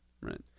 right